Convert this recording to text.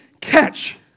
catch